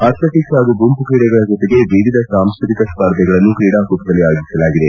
athletics ಹಾಗೂ ಗುಂಪು ಕ್ರೀಡೆಗಳ ಜೊತೆಗೆ ವಿವಿಧ ಸಾಂಸ್ಟ್ರತಿಕ ಸ್ಪರ್ಧೆಗಳನ್ನು ಕ್ರೀಡಾಕೂಟದಲ್ಲಿ ಆಯೋಜಿಸಲಾಗಿದೆ